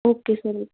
okay sir